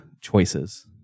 choices